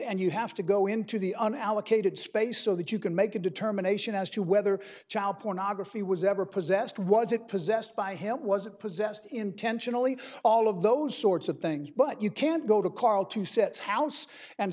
and you have to go into the un allocated space so that you can make a determination as to whether child pornography was ever possessed was it possessed by him was it possessed intentionally all of those sorts of things but you can't go to karl two sets house and